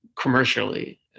commercially